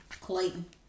Clayton